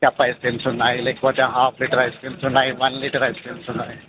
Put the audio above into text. cup ice creams ఉన్నాయి లేకపోతే half litre ice creams ఉన్నాయి వన్ లీటర్ ఐస్ క్రీమ్స్ ఉన్నాయి